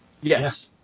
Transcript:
Yes